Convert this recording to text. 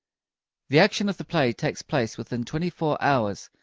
the action of the play takes place within twenty-four hours,